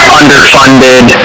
underfunded